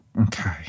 Okay